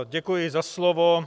Děkuji za slovo.